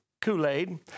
Kool-Aid